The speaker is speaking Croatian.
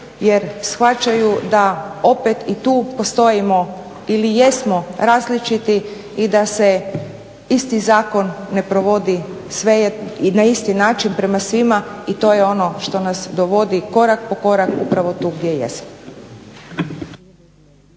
jer shvaćaju da opet i tu postojimo ili jesmo različiti i da se isti zakon ne provodi, sve je na isti način prema svima i to je ono što nas dovodi korak po korak upravo tu gdje jesmo.